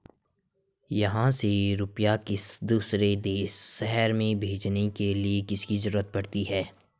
यहाँ से रुपये किसी दूसरे शहर में भेजने के लिए किसकी जरूरत पड़ती है?